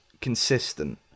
consistent